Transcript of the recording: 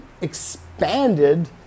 expanded